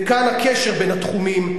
וכאן הקשר בין התחומים,